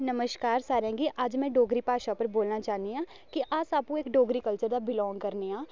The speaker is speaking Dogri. नमस्कार सारें गी अज्ज मै डोगरी भाशा उप्पर बोलना चाह्न्नी कि अस आपूं इक डोगरी कल्चर दा बिलोंग करने आं